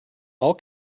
all